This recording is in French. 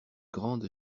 grande